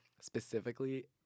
Specifically